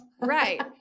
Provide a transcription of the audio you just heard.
Right